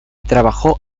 trabajó